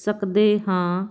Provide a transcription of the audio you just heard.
ਸਕਦੇ ਹਾਂ